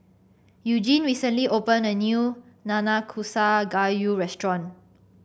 Eugene recently opened a new Nanakusa Gayu restaurant